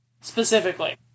Specifically